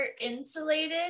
insulated